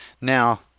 Now